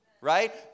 right